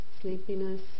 sleepiness